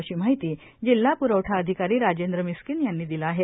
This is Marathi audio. अशी माहिती जिल्हा पुरवठा अधिकारी राजेंद्र मिस्किन यांनी दिली आहे